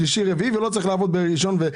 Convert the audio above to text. שלישי ורביעי ולא בראשון או חמישי.